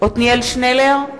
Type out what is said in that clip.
עתניאל שנלר,